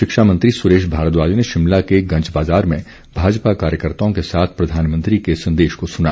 शिक्षा मंत्री सुरेश भारद्वाज ने शिमला के गंज बाज़ार में भाजपा कार्यकर्ताओं के साथ प्रधानमंत्री के संदेश को सुना